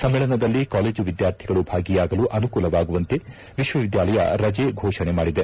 ಸಮ್ಮೇಳನದಲ್ಲಿ ಕಾಲೇಜು ವಿದ್ಯಾರ್ಥಿಗಳು ಭಾಗಿಯಾಗಲು ಅನುಕೂಲವಾಗುವಂತೆ ವಿಶ್ವವಿದ್ಯಾಲಯ ರಜೆ ಘೋಷಣೆ ಮಾಡಿದೆ